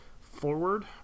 forward